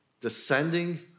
descending